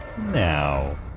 now